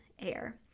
Air